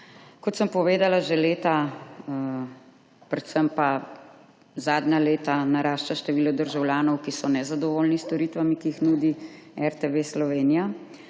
Kot sem povedala, že leta, predvsem pa zadnja leta narašča število državljanov, ki so nezadovoljni s storitvami, ki jih nudi RTV Slovenija.